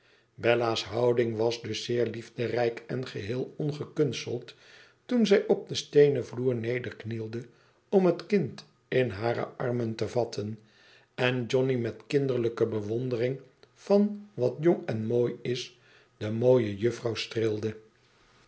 bella's houding was dus zeer liefderijk en geheel ongekmisteld toen zij op den steenen vloer nederknielde om het kind in hare armen te vatten en johnny met kinderlijke bewondering van wat jong en mooi is de mooie juffou streelde